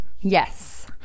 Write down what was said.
Yes